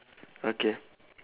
okay